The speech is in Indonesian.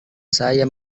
saya